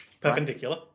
Perpendicular